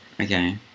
Okay